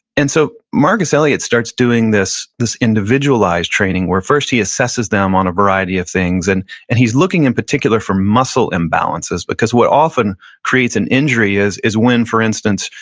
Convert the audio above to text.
and so, marcus elliot starts doing this this individualized training where first he assesses them on a variety of things, and and he's looking, in particular, for muscle imbalances because what often creates an injury is is when, for instance,